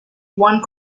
one